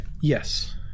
Yes